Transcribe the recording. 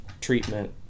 treatment